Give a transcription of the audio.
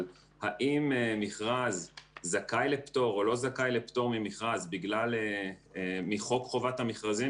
אבל אם מכרז זכאי לפטור או לא זכאי לפטור ממכרז מחוק חובת המכרזים,